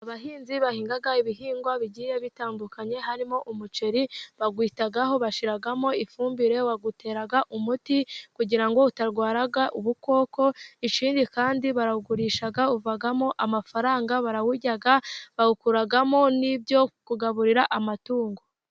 Abahinzi bahinga ibihingwa bigiye bitandukanye harimo umuceri bawitaho, bashiramo ifumbire, bawutera umuti kugira ngo utarwara ubukoko, ikindi kandi barawugurisha, uvamo amafaranga barawurya bakawukuramo n'ibyo kugaburira amatungo.